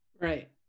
Right